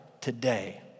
today